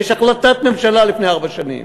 ויש החלטת ממשלה מלפני ארבע שנים,